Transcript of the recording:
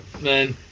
man